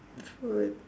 the food